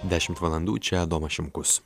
dešimt valandų čia adomas šimkus